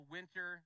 Winter